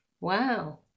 Wow